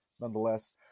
nonetheless